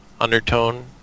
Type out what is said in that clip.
undertone